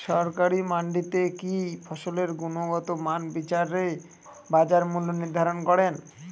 সরকারি মান্ডিতে কি ফসলের গুনগতমান বিচারে বাজার মূল্য নির্ধারণ করেন?